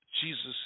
Jesus